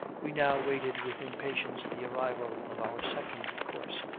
we now waited with impatience the arrival of our second course,